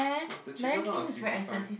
was the cheapest one was fifty five